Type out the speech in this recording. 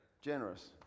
generous